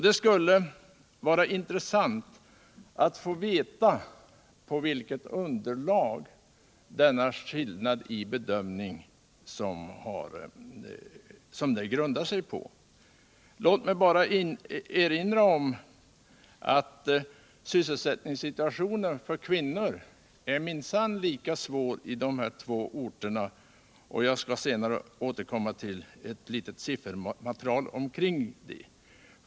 Det skulle vara intressant att få veta på vilket underlag denna skillnad i bedömning grundar sig. Låt mig bara erinra om att sysselsättningssitutionen för kvinnor minsann är lika svår i de här två orterna. Jag skall senare återkomma till ett litet siffermaterial omkring det.